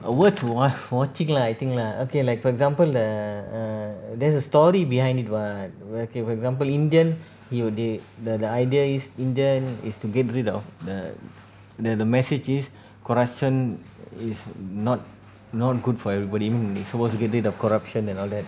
are worth while watching lah I think lah okay like for example err err there's a story behind it what okay for example indian you they the the idea is indian is to get rid of the the the messages corruption is not not good for everybody suppose you get rid of corruption and all that